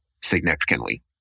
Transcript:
significantly